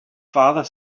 father